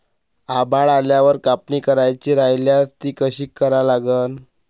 आभाळ आल्यावर कापनी करायची राह्यल्यास ती कशी करा लागन?